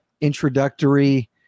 introductory